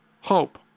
hope